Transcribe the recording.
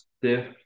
Stiff